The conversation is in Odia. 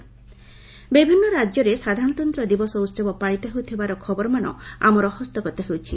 ଆର୍ଡି ଷ୍ଟେଟ୍ସ୍ ବିଭିନ୍ନ ରାଜ୍ୟରେ ସାଧାରଣତନ୍ତ୍ର ଦିବସ ଉତ୍ସବ ପାଳିତ ହେଉଥିବାର ଖବରମାନ ଆମର ହସ୍ତଗତ ହେଉଛି